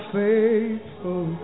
faithful